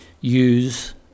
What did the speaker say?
use